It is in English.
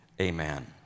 amen